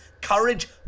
courage